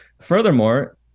Furthermore